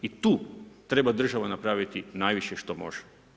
I tu treba država napraviti najviše što može.